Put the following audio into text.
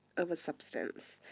of a substance.